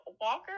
Walker